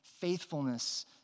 faithfulness